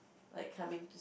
like coming to